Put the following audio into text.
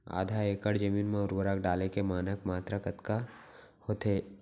आधा एकड़ जमीन मा उर्वरक डाले के मानक मात्रा कतका होथे?